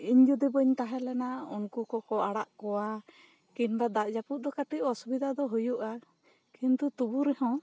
ᱤᱞ ᱡᱚᱫᱤ ᱵᱟ ᱧ ᱛᱟᱦᱮᱞᱮᱱᱟ ᱩᱱᱠᱩ ᱠᱚᱠᱚ ᱟᱲᱟ ᱠᱚᱣᱟ ᱠᱤᱝᱵᱟ ᱫᱟᱜ ᱡᱟ ᱯᱩᱫ ᱫᱚ ᱠᱟ ᱴᱤᱡ ᱚᱥᱩᱵᱤᱫᱦᱟ ᱫᱚ ᱦᱩᱭᱩᱜᱼᱟ ᱠᱤᱱᱛᱩ ᱛᱳᱵᱩ ᱨᱮᱦᱚᱸ